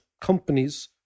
companies